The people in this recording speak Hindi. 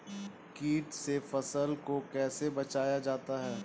कीट से फसल को कैसे बचाया जाता हैं?